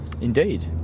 Indeed